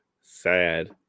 sad